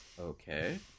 Okay